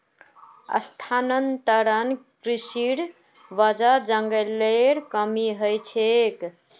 स्थानांतरण कृशिर वजह जंगलेर कमी ह छेक